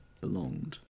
belonged